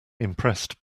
impressed